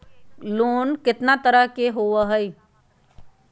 Loan केतना तरह के होअ हई?